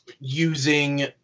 using